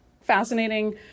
fascinating